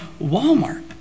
Walmart